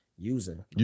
Using